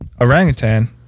orangutan